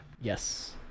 Yes